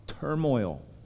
turmoil